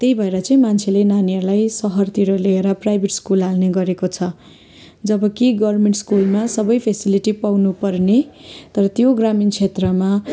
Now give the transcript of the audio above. त्यही भएर चाहिँ मान्छेले नानीहरूलाई सहरतिर ल्याएर प्राइभेट स्कुल हाल्नेगरेको छ जब कि गभर्मेन्ट स्कुलमा सबै फेसिलिटी पाउनुपर्ने तर त्यो ग्रामीण क्षेत्रमा